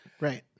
Right